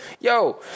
yo